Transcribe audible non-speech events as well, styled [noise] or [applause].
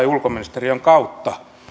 [unintelligible] ulkoministeriön kautta